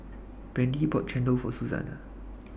Brandie bought Chendol For Suzanna